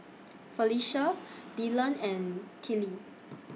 Felecia Dylan and Tillie